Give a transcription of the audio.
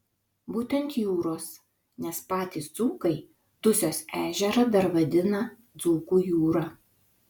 būtent jūros nes patys dzūkai dusios ežerą dar vadina dzūkų jūra